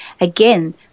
again